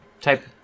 type